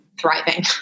thriving